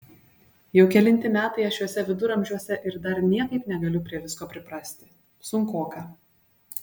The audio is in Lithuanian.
jau kelinti metai aš šiuose viduramžiuose ir dar niekaip negaliu prie visko priprasti sunkoka